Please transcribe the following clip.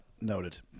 Noted